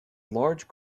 large